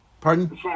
Pardon